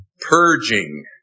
purging